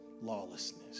lawlessness